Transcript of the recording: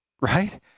Right